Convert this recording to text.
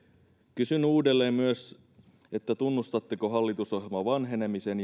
kysyn uudelleen myös tunnustatteko hallitusohjelman vanhenemisen